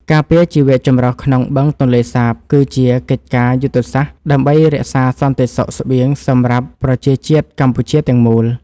ការពារជីវចម្រុះក្នុងបឹងទន្លេសាបគឺជាកិច្ចការយុទ្ធសាស្ត្រដើម្បីរក្សាសន្តិសុខស្បៀងសម្រាប់ប្រជាជាតិកម្ពុជាទាំងមូល។